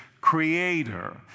creator